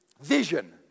vision